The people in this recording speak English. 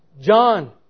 John